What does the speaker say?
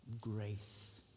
Grace